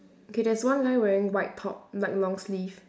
okay there's one guy wearing white top white long sleeves